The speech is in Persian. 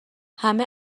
همه